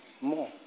more